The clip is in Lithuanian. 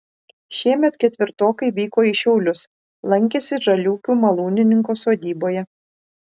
šiemet ketvirtokai vyko į šiaulius lankėsi žaliūkių malūnininko sodyboje